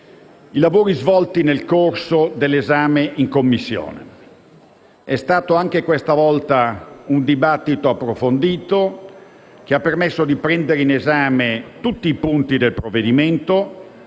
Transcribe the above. i lavori svolti nel corso dell'esame in Commissione. È stato anche questa volta un dibattito approfondito, che ha permesso di prendere in esame tutti i punti del provvedimento